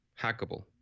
hackable